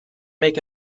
make